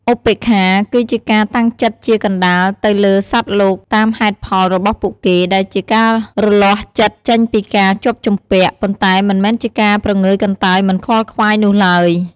ឧបេក្ខាគឺជាការតាំងចិត្តជាកណ្តាលទៅលើសត្វលោកតាមហេតុផលរបស់ពួកគេ ដែលជាការរលាស់ចិត្តចេញពីការជាប់ជំពាក់ ប៉ុន្តែមិនមែនជាការព្រងើយកន្តើយមិនខ្វល់ខ្វាយនោះឡើយ។